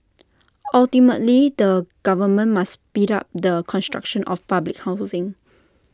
ultimately the government must speed up the construction of public housing